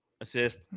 Assist